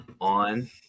on